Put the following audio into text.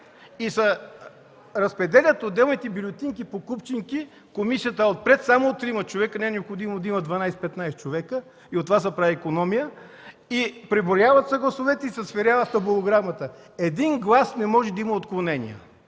и се разпределят отделните бюлетини по купчинки. Комисията е само от трима човека, не е необходимо да има 12-15 човека – и от това се прави икономия, преброяват се гласовете и се сверява с табулограмата. Един глас не може да има отклонения,